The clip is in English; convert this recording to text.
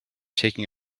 taking